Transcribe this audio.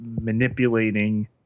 manipulating